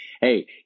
Hey